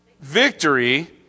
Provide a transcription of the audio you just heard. Victory